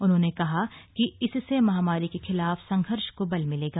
उन्होंने कहा कि इससे महामारी के खिलाफ संघर्ष को बल मिलेगा